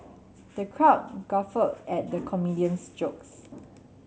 the crowd guffawed at the comedian's jokes